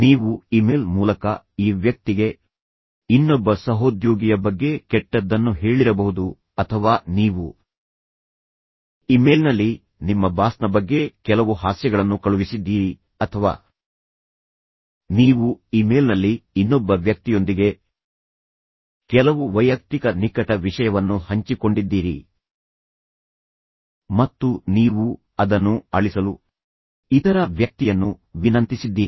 ನೀವು ಇಮೇಲ್ ಮೂಲಕ ಈ ವ್ಯಕ್ತಿಗೆ ಇನ್ನೊಬ್ಬ ಸಹೋದ್ಯೋಗಿಯ ಬಗ್ಗೆ ಕೆಟ್ಟದ್ದನ್ನು ಹೇಳಿರಬಹುದು ಅಥವಾ ನೀವು ಇಮೇಲ್ನಲ್ಲಿ ನಿಮ್ಮ ಬಾಸ್ನ ಬಗ್ಗೆ ಕೆಲವು ಹಾಸ್ಯಗಳನ್ನು ಕಳುಹಿಸಿದ್ದೀರಿ ಅಥವಾ ನೀವು ಇಮೇಲ್ನಲ್ಲಿ ಇನ್ನೊಬ್ಬ ವ್ಯಕ್ತಿಯೊಂದಿಗೆ ಕೆಲವು ವೈಯಕ್ತಿಕ ನಿಕಟ ವಿಷಯವನ್ನು ಹಂಚಿಕೊಂಡಿದ್ದೀರಿ ಮತ್ತು ನೀವು ಅದನ್ನು ಅಳಿಸಲು ಇತರ ವ್ಯಕ್ತಿಯನ್ನು ವಿನಂತಿಸಿದ್ದೀರಿ